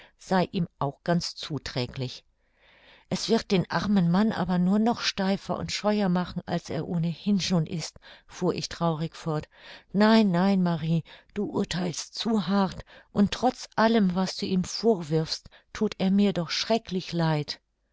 sei ihm auch ganz zuträglich es wird den armen mann aber nur noch steifer und scheuer machen als er ohnehin schon ist fuhr ich traurig fort nein nein marie du urtheilst zu hart und trotz allem was du ihm vorwirfst thut er mir doch schrecklich leid